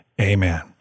amen